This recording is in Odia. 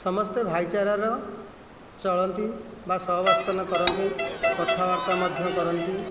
ସମସ୍ତେ ଭାଇ ଚାରାର ଚଳନ୍ତି ବା ସହାବସ୍ଥାନ କରନ୍ତି କଥାବାର୍ତ୍ତା ମଧ୍ୟ କରନ୍ତି